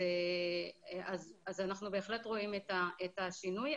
אז אנחנו בהחלט רואים את השינוי,